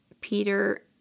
Peter